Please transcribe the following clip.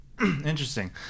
Interesting